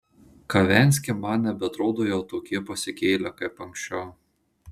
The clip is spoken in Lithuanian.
kavenski man nebeatrodo jau tokie pasikėlę kaip anksčiau